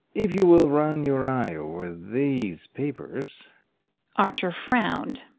if you will run your eye over these papers archer frowned.